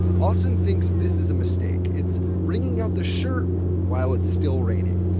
austan thinks this is a mistake. it's wringing out the shirt while it's still raining.